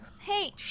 Hey